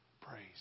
Praise